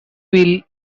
will